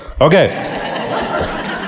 Okay